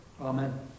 Amen